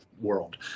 world